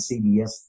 CBS